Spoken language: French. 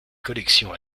collections